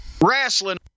Wrestling